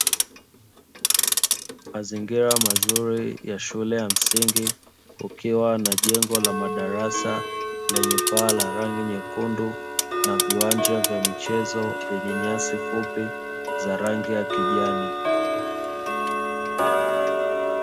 Mazingira mazuri ya shule ya msingi kukiwa na jengo la madarasa lenye paa la rangi nyekundu, viwanja vya michezo vyenye nyasi fupi za rangi ya kijani.